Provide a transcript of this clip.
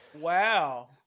Wow